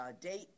date